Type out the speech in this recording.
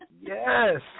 Yes